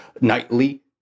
nightly